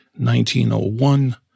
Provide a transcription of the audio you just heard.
1901